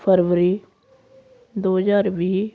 ਫਰਵਰੀ ਦੋ ਹਜ਼ਾਰ ਵੀਹ